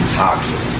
toxic